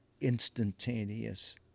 instantaneous